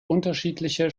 unterschiedliche